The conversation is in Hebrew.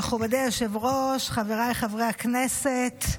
מכובדי היושב-ראש, חבריי חברי הכנסת,